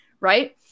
Right